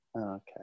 okay